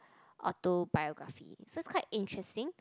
autobiography so is quite interesting